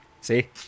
See